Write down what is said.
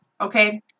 okay